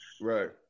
Right